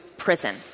Prison